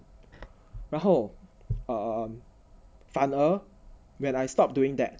然后 err 反而 when I stop doing that